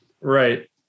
Right